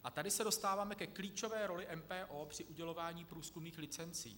A tady se dostáváme ke klíčové roli MPO při udělování průzkumných licencí.